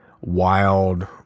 wild